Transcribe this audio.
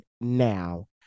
now